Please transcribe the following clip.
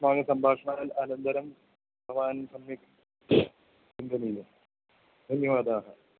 अस्माकं सम्भाषणानन्तरं भवान् सम्यक् चिन्तनीयं धन्यवादाः